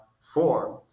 form